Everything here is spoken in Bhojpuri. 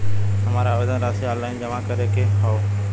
हमार आवेदन राशि ऑनलाइन जमा करे के हौ?